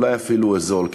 אולי אפילו זול.